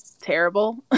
terrible